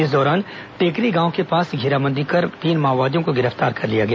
इस दौरान टेकरी गांव के पास घेराबंदी कर तीन माओवादियों को गिरफ्तार कर लिया गया